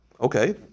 Okay